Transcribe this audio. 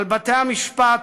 על בתי-המשפט,